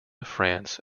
france